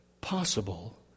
possible